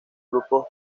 grupos